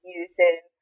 using